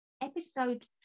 episode